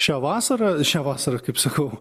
šią vasarą šią vasarą kaip sakau